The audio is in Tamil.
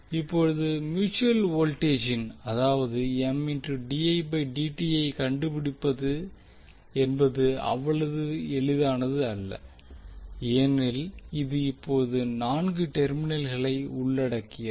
இப்போது மியூட்சுவல் வோல்டேஜின் அதாவது ஐ கண்டுபிடிப்பது என்பது அவ்வளவு எளிதானது அல்ல ஏனெனில் இது இப்போது நான்கு டெர்மினல்களை உள்ளடக்கியது